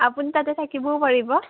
আপুনি তাতে থাকিবও পাৰিব